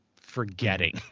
forgetting